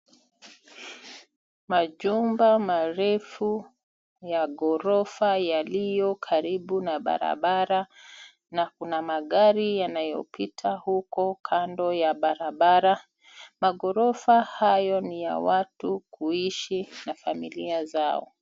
Majumba marefu ya ghorofa yaliyo karibu na barabara na kuna magari yanayopita huko kando ya barabara. Maghorofa hayo ni ya watu kuishi na familia zao.